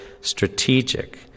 Strategic